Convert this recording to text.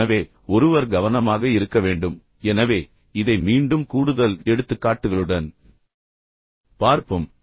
எனவே ஒருவர் கவனமாக இருக்க வேண்டும் எனவே இதை மீண்டும் கூடுதல் எடுத்துக்காட்டுகளுடன் பார்ப்போம்